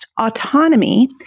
Autonomy